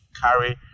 carry